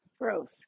gross